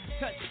touch